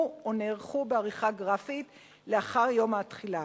או נערכו בעריכה גרפית לאחר יום התחילה.